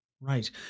right